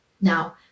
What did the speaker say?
Now